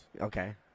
Okay